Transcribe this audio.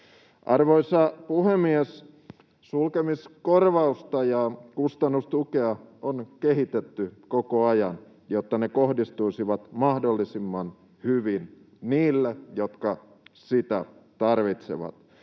Arvoisa puhemies! Sulkemiskorvausta ja kustannustukea on kehitetty koko ajan, jotta ne kohdistuisivat mahdollisimman hyvin niille, jotka niitä tarvitsevat.